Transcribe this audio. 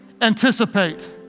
anticipate